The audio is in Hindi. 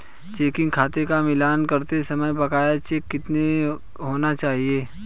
चेकिंग खाते का मिलान करते समय बकाया चेक कितने होने चाहिए?